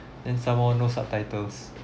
then some more no subtitles